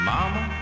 Mama